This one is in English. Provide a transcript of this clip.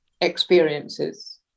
experiences